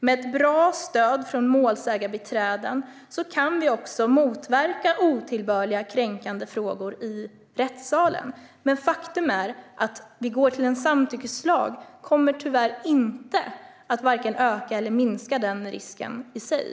Med ett bra stöd för målsägandebiträden kan vi också motverka otillbörliga, kränkande frågor i rättssalen. Men att vi nu får en samtyckeslag kommer tyvärr varken att öka eller minska den risken i sig.